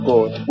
God